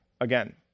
Again